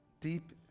deep